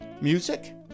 Music